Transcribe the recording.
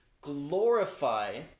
glorify